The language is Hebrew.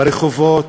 ברחובות,